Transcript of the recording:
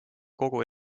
kogu